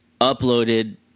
uploaded